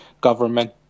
government